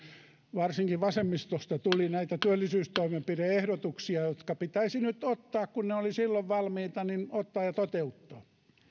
varsinkin vasemmistosta tuli työllisyystoimenpide ehdotuksia jotka pitäisi nyt kun ne olivat silloin valmiita ottaa ja toteuttaa